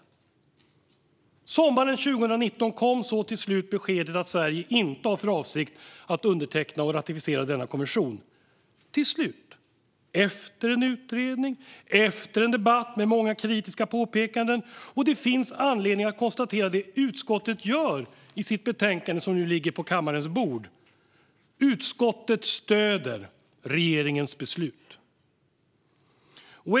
Sommaren 2019 kom så till slut beskedet att Sverige inte har för avsikt att underteckna och ratificera denna konvention. Det kom efter en utredning och efter en debatt med många kritiska påpekanden. Det finns anledning att konstatera det utskottet gör i sitt betänkande, som nu ligger på kammarens bord: Utskottet stöder regeringens beslut.